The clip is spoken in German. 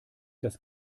das